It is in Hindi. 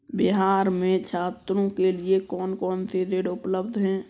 बिहार में छात्रों के लिए कौन कौन से ऋण उपलब्ध हैं?